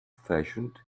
fashioned